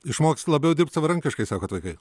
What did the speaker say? išmoks labiau dirbt savarankiškai sakot vaikai